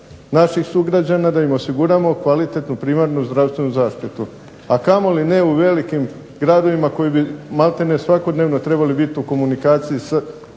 naših građana da im osiguramo kvalitetnu primarnu zdravstvenu zaštitu, a kamoli ne u velikim gradovima koji bi malte ne svakodnevno trebali biti u komunikaciji sa